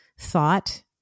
thought